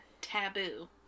taboo